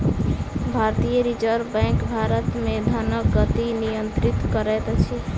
भारतीय reserve bank Bharat मे धनक गति नियंत्रित करैत अछि